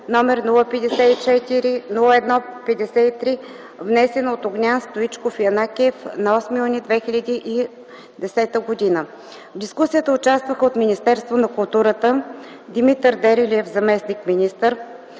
дискусията участваха: от Министерството на културата –Димитър Дерелиев, заместник-министър;